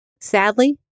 Sadly